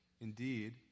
Indeed